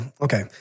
Okay